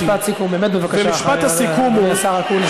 משפט סיכום, באמת, בבקשה, אדוני השר אקוניס.